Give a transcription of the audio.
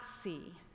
see